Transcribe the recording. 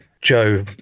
Joe